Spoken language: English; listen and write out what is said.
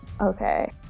Okay